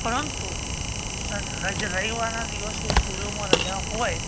પરંતુ રવિવારના દિવસે સ્કૂલોમાં રજા હોય